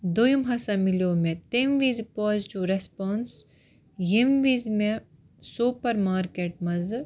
دوٚیِم ہسا میلیٛو مےٚ تَمہِ وِزِۍ پازِٹِو ریٚسپوٛانٕس ییٚمہِ وِزِۍ مےٚ سوپور مارکیٚٹ منٛزٕ